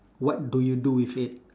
what do you do with it